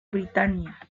britania